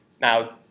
Now